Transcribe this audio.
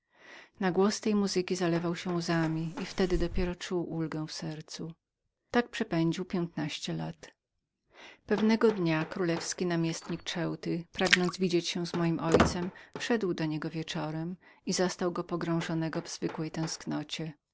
na głos tej muzyki zalewał się łzami i wtedy dopiero czuł ulgę na sercu tak przepędził piętnaście lat pewnego dnia namiestnik królewski z ceuty pragnąc widzieć się z moim ojcem wszedł do niego nieco poźno i zastał go pogrążonego w zwykłej tęsknocie